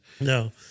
No